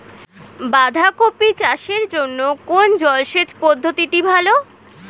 বাঁধাকপি চাষের জন্য কোন জলসেচ পদ্ধতিটি ভালো?